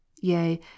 yea